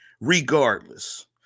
regardless